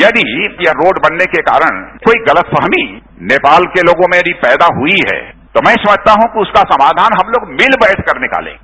यदि यह रोड बनने के कारण कोई गलतफहमी नेपाल के लोगों में यदि पैदा हुई है तो मैं समझता हूं कि इसका समाधान हम लोग मिल बैठ कर निकालंगे